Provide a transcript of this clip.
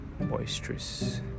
boisterous